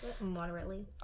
Moderately